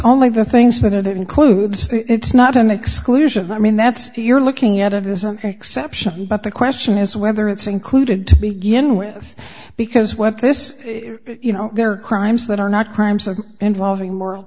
only the things that are there includes it's not an exclusion i mean that's you're looking at it this is an exception but the question is whether it's included to begin with because what this you know there are crimes that are not crimes involving moral